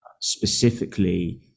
specifically